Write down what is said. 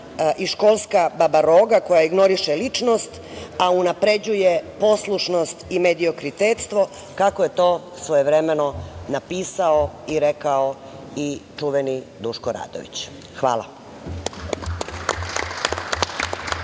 i školska baba roga koja ignoriše ličnost, a unapređuje poslušnosti i mediokritetstvo, kako je to svojevremeno napisao i rekao i čuveni Duško Radović. Hvala.